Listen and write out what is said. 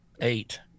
eight